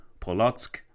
Polotsk